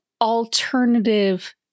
alternative